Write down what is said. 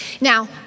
now